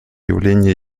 явления